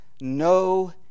no